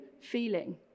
feeling